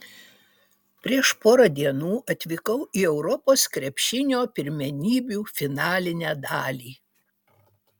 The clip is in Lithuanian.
prieš porą dienų atvykau į europos krepšinio pirmenybių finalinę dalį